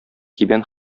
кибән